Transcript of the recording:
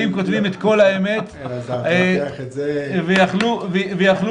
אין צורך לצעוק